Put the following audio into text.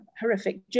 horrific